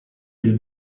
del